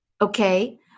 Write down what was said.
Okay